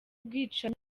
bwicanyi